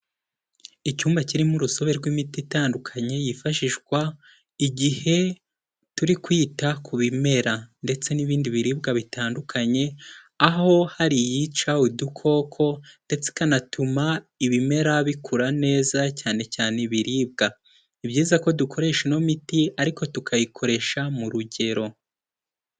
Icyumba kirimo urusobe rw'imiti itandukanye yifashishwa igihe turi kwita ku bimera ndetse n'ibindi biribwa bitandukanye, aho hari iyica udukoko ndetse ikanatuma ibimera bikura neza cyane cyane ibiribwa, ni byiza ko dukoresha ino miti ariko tukayikoresha mu rugero.